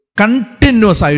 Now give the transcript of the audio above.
continuous